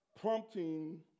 prompting